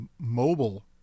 mobile